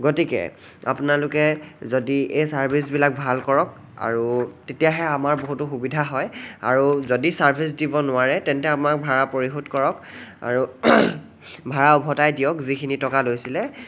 গতিকে আপোনালোকে যদি এই চাৰ্ভিচবিলাক ভাল কৰক আৰু তেতিয়াহে আমাৰ বহুতো সুবিধা হয় আৰু যদি চাৰ্ভিচ দিব নোৱাৰে তেন্তে আমাক ভাড়া পৰিশোধ কৰক আৰু ভাড়া উভোতাই দিয়ক যিখিনি টকা লৈছিলে